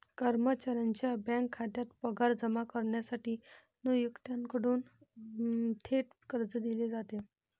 कर्मचाऱ्याच्या बँक खात्यात पगार जमा करण्यासाठी नियोक्त्याकडून थेट कर्ज दिले जाते